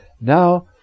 now